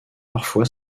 parfois